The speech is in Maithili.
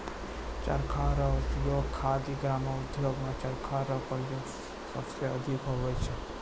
चरखा रो उपयोग खादी ग्रामो उद्योग मे चरखा रो प्रयोग सबसे अधिक हुवै छै